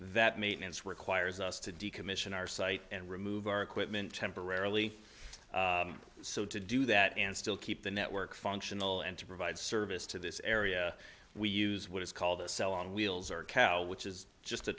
that maintenance requires us to decommission our site and remove our equipment temporarily so to do that and still keep the network functional and to provide service to this area we use what is called a cell on wheels or cow which is just a